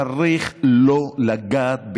צריך לא לגעת,